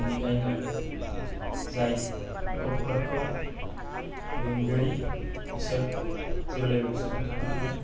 बेनिखायनो जाय गथ'फोरखौ बेंगिरि बिसोर जेब्लाबो बिसोरजों थाफानांगोन